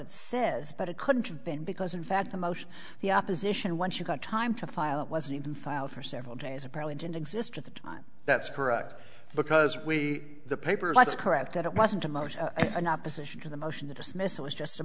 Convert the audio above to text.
it says but it couldn't have been because in fact the motion the opposition once you got time to file it wasn't even filed for several days it probably didn't exist at the time that's correct because we the paper that's correct that it wasn't a motion in opposition to the motion the dismissal was just a